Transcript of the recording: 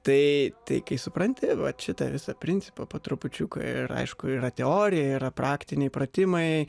tai tai kai supranti vat šitą visą principą po trupučiuką ir aišku yra teorija yra praktiniai pratimai